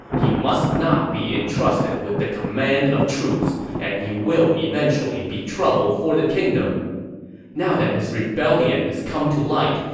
he must not be entrusted with command of troops, and he will eventually be trouble for the kingdom now that his rebellion has come to light,